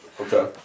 Okay